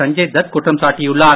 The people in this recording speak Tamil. சஞ்சய் தத் குற்றம் சாட்டியுள்ளார்